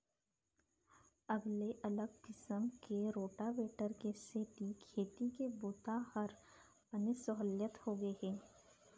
अगले अलग किसम के रोटावेटर के सेती खेती के बूता हर बने सहोल्लत होगे हे